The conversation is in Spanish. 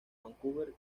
vancouver